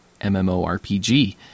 MMORPG